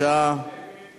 הקרקעות (רכישה לצורכי ציבור) (ייצוג הולם),